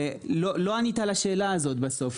ולא ענית על השאלה הזאת בסוף,